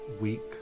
weak